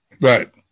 Right